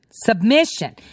Submission